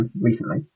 recently